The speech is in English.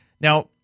Now